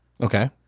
Okay